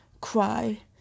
cry